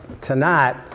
tonight